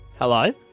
Hello